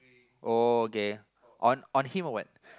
oh okay on on him or what